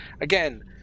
Again